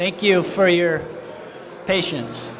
thank you for your patience